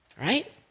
right